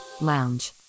lounge